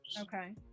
Okay